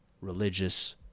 religious